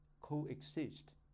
coexist